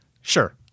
Sure